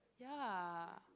ya